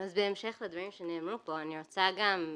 בהמשך לדברים שנאמרו פה אני רוצה גם,